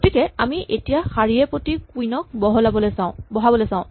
গতিকে আমি এতিয়া শাৰীয়ে প্ৰতি কুইন ক বহাবলে চাওঁ